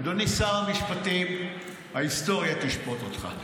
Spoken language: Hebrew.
אדוני שר המשפטים, ההיסטוריה תשפוט אותך.